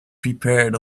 prepared